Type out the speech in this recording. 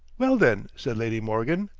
well, then, said lady morgan,